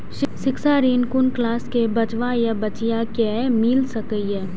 शिक्षा ऋण कुन क्लास कै बचवा या बचिया कै मिल सके यै?